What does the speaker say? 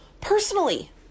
personally